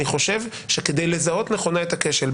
אני חושב שכדי לזהות נכונה את הכשל,